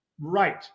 Right